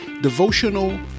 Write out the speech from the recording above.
devotional